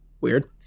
Weird